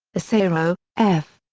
asaro, f.